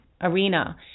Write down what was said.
arena